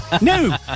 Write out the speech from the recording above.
No